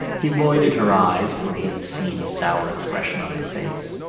he avoided her eyes for he had seen a sour expression on her face.